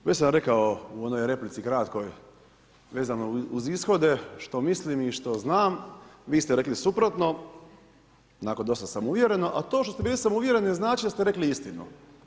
Već sam rekao u onoj replici kratkoj vezano uz ishode što mislim i što znam, vi ste rekli suprotno, onako dosta samouvjereno, a to što ste bili samouvjereni ne znači da ste rekli istinu.